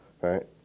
right